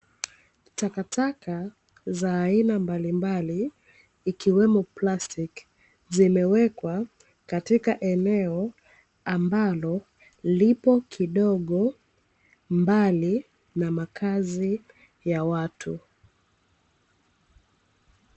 Takataka za aina mbalimbali, ikiwemo plastiki zimewekwa katika eneo ambalo lipo kidogo mbali na makazi ya watu.